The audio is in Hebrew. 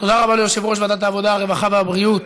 תודה רבה ליושב-ראש ועדת העבודה, הרווחה והבריאות.